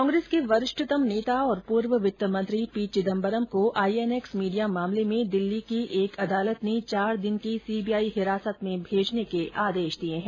कांग्रेस के वरिष्ठतम नेता और पूर्व वित्त मंत्री पी चिदम्बररम को आईएनएक्स मीडिया मामले में दिल्ली की एक अदालत ने चार दिन की सीबीआई हिरासत में भेजने का आदेश दिया है